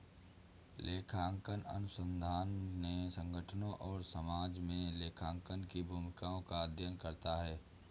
लेखांकन अनुसंधान ने संगठनों और समाज में लेखांकन की भूमिकाओं का अध्ययन करता है